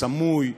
סמוי,